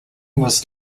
was